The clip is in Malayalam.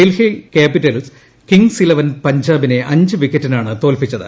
ഡൽഹി ക്യാപിറ്റൽസ് കിംങ്സ് ഇലവൻ പഞ്ചാബിനെ അഞ്ച് വിക്കറ്റിനാണ് തോൽപ്പിച്ചത്